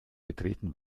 betreten